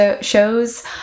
shows